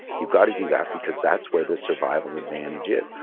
you've got to do that because that's where the survival advantage is.